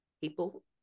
people